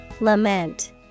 Lament